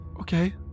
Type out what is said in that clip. Okay